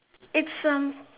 it's um